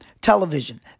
television